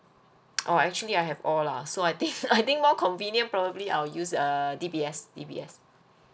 oh actually I have all lah so I think I think more convenient probably I'll use uh D_B_S D_B_S